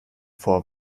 vor